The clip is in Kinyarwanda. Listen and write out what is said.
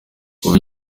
kuva